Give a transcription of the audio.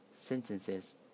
Sentences